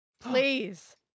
Please